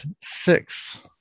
six